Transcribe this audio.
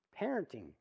Parenting